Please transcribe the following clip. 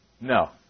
No